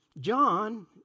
John